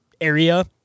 area